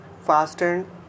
fastened